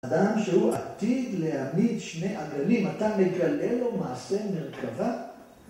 אדם שהוא עתיד להעמיד שני עגלים, אתה מגלה לו מעשה מרכבה?!